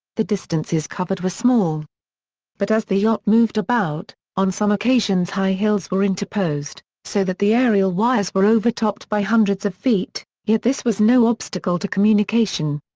the distances covered were small but as the yacht moved about, on some occasions high hills were interposed, so that the aerial wires were overtopped by hundreds of feet, yet this was no obstacle to communication.